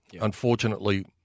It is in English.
Unfortunately